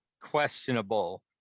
questionable